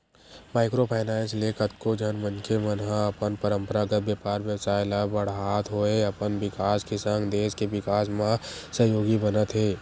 micro finance ले कतको झन मनखे मन ह अपन पंरपरागत बेपार बेवसाय ल बड़हात होय अपन बिकास के संग देस के बिकास म सहयोगी बनत हे